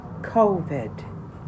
covid